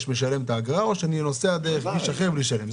ומשלם את האגרה או שאני נוסע דרך כביש אחר בלי לשלם,